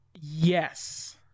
Yes